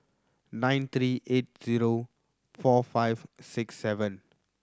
nine three eight zero four five six seven